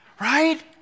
Right